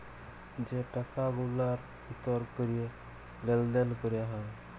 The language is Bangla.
যে টাকা গুলার ভিতর ক্যরে লেলদেল ক্যরা হ্যয়